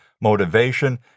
motivation